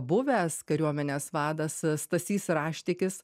buvęs kariuomenės vadas stasys raštikis